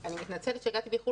אני מתנצלת שהגעתי באיחור.